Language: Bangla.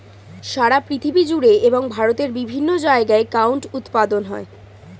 সারা পৃথিবী জুড়ে এবং ভারতের বিভিন্ন জায়গায় কটন উৎপাদন হয়